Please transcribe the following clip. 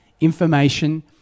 information